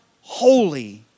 holy